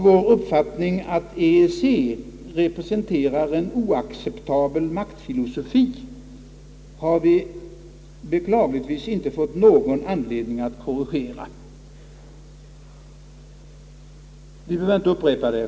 Vår uppfattning att EEC representerar en oacceptabel maktfilosofi har vi beklagligtvis inte fått någon anledning att korrigera.